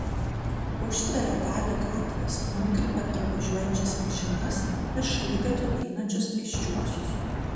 užtveria dalį gatvės nukreipia pravažiuojančias mašinas ir šaligatviu einančius pėsčiuosius